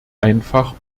einfach